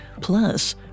Plus